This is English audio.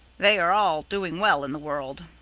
they are all doing well in the world.